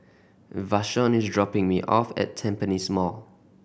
Vashon is dropping me off at Tampines Mall